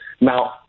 now